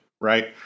right